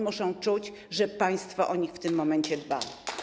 Muszą czuć, że państwo o nich w tym momencie dba.